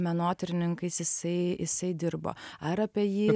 menotyrininkais jisai jisai dirbo ar apie jį